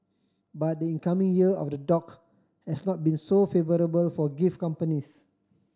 but the incoming Year of the Dog has not been so favourable for gift companies